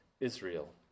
Israel